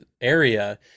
area